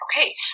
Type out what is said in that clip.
okay